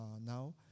now